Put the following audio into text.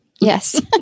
Yes